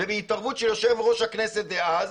ובהתערבות של יושב ראש הכנסת דאז,